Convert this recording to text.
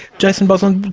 jason bosland,